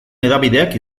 hedabideak